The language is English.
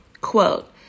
quote